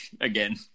again